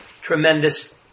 tremendous